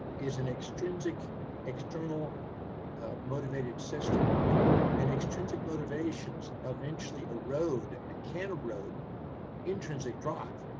is an extrinsic external motivated system and extrinsic motivations, eventually erode and can erode intrinsic drive.